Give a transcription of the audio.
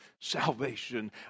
salvation